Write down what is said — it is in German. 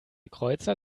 kreuzer